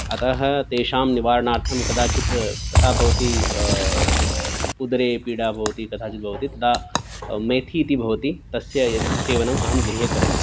अतः तेषां निवारणार्थं कदाचित् तथा भवति उदरे पीडा भवति तथा चेत् भवति तदा मेथी इति भवति तस्य सेवनम् अहं गृहे करोमि